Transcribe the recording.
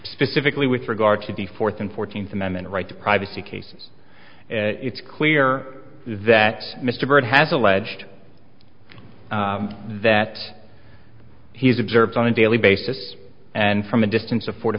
specifically with regard to the fourth and fourteenth amendment right to privacy cases it's clear that mr byrd has alleged that he's observed on a daily basis and from a distance of